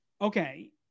okay